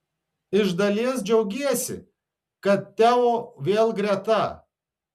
iš dalies džiaugiesi kad teo vėl greta